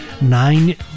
nine